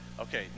Okay